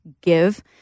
give